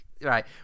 right